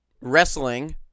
Wrestling